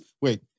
wait